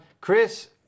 chris